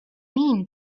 mean